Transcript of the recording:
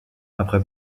après